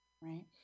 right